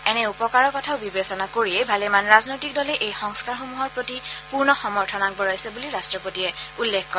এনে উপকাৰৰ কথা বিবেচনা কৰিয়েই ভালেমান ৰাজনৈতিক দলে এই সংস্থাৰসমূহৰ প্ৰতি পূৰ্ণ সমৰ্থন আগবঢ়াইছে বুলি ৰাষ্ট্ৰপতিয়ে উল্লেখ কৰে